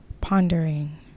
pondering